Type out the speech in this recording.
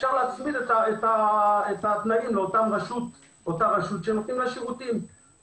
אפשר להצמיד את התנאים לאותה רשות שנותנים לה שירותים.